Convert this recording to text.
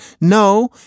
No